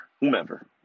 whomever